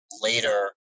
later